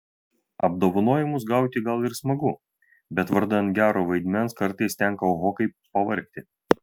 apdovanojimus gauti gal ir smagu bet vardan gero vaidmens kartais tenka oho kaip pavargti